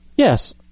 Yes